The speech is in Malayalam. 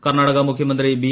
കർണ്ണാടക മുഖ്യമന്ത്രി ബി